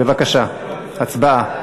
בבקשה, הצבעה.